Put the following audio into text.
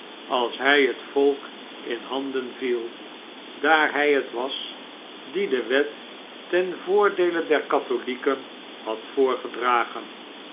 als hij het volk in handen viel daar hij het was die de wet ten voordeele der katholieken had voorgedragen